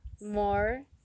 more